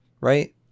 right